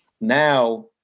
now